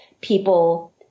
people